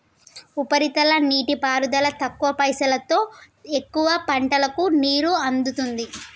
ఉపరితల నీటిపారుదల తక్కువ పైసలోతో ఎక్కువ పంటలకు నీరు అందుతుంది